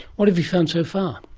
what have you found so far?